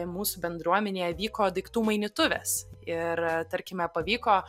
mūsų bendruomenėje vyko daiktų mainytuvės ir tarkime pavyko